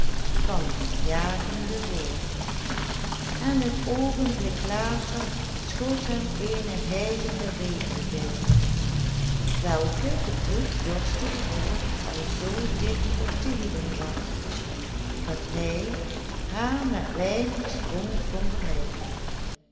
van een jagenden wolf en een oogenblik later schoot hem eene hijgende ree voorbij welke de bloeddorstige wolf al zoo digt op de hielen was dat hij haar met weinige sprongen kon bereiken